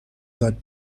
یاد